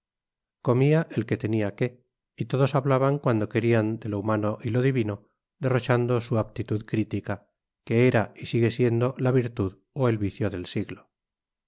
comía el que tenía qué y todos hablaban cuanto querían de lo humano y lo divino derrochando su aptitud crítica que era y sigue siendo la virtud o el vicio del siglo